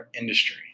industry